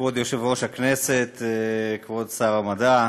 כבוד יושב-ראש הישיבה, כבוד שר המדע,